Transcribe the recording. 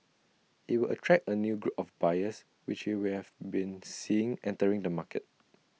IT will attract A new group of buyers which we we have been seeing entering the market